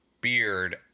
beard